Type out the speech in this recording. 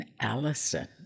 Allison